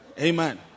Amen